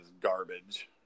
garbage